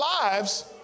lives